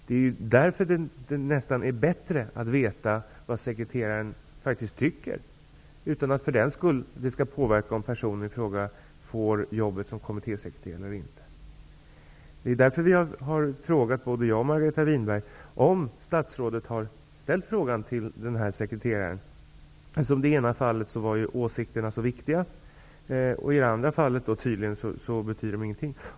Det är ju därför det är bättre att veta vad sekreteraren har för åsikter, utan att det för den skull skall påverka om personen i fråga skall få jobbet som kommittésekreterare eller inte. Det är anledningen till att både Marareta Winberg och jag har frågat om statsrådet har hört sig för med sekreteraren. I det ena fallet var ju sekreterarens åsikter så viktiga, men i det andra fallet betyder åsikterna tydligen ingenting.